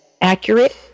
accurate